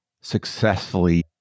successfully